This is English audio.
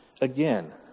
Again